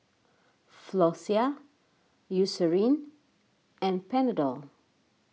Floxia Eucerin and Panadol